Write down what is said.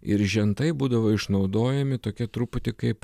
ir žentai būdavo išnaudojami tokia truputį kaip